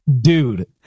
dude